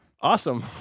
Awesome